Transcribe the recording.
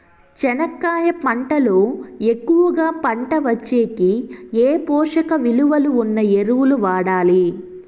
చెనక్కాయ పంట లో ఎక్కువగా పంట వచ్చేకి ఏ పోషక విలువలు ఉన్న ఎరువులు వాడాలి?